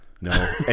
No